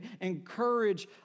encourage